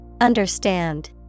Understand